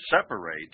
separate